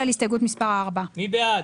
רוויזיה על הסתייגות מס' 36. מי בעד,